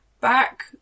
back